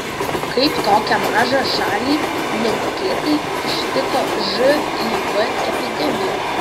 kaip tokią mažą šalį netikėtai ištiko živ epidemija